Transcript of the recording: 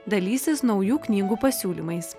dalysis naujų knygų pasiūlymais